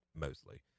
mostly